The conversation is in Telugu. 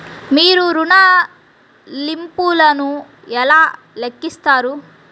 మీరు ఋణ ల్లింపులను ఎలా లెక్కిస్తారు?